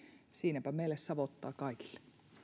siinäpä meille savottaa kaikille